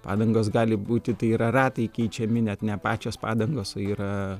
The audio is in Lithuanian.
padangos gali būti tai yra ratai keičiami net ne pačios padangos o yra